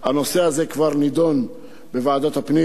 הנושא הזה כבר נדון בוועדת הפנים.